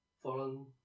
foreign